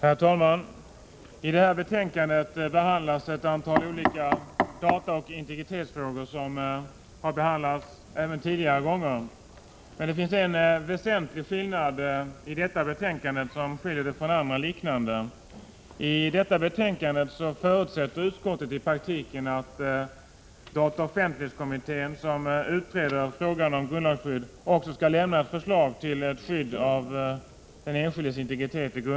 Herr talman! I det här betänkandet behandlas ett antal dataoch integritetsfrågor, som även tidigare har varit uppe till behandling. Men det finns en väsentlig skillnad mellan detta betänkande och andra liknande. I det här betänkandet förutsätter i själva verket utskottet att dataoch offentlighetskommittén, som utreder frågan om bolagsskydd, skall lämna förslag till ett skydd i grundlagen av den enskildes integritet.